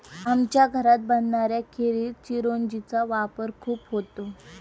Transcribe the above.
आमच्या घरात बनणाऱ्या खिरीत चिरौंजी चा वापर खूप होतो